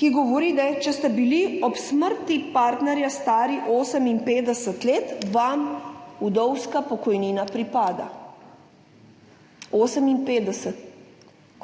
ki govori, da če ste bili ob smrti partnerja stari 58 let, vam vdovska pokojnina pripada 58.